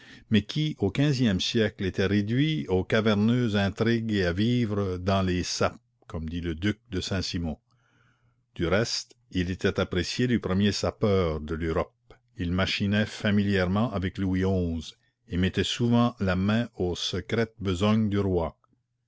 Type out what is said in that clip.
mais qui au quinzième siècle était réduit aux caverneuses intrigues et à vivre dans les sapes comme dit le duc de saint-simon du reste il était apprécié du premier sapeur de l'europe il machinait familièrement avec louis xi et mettait souvent la main aux secrètes besognes du roi